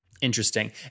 Interesting